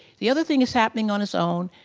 the other thing is happening on its own.